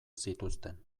zituzten